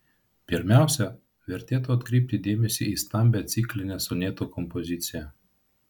pirmiausia vertėtų atkreipti dėmesį į stambią ciklinę sonetų kompoziciją